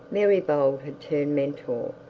mary bold had turned mentor.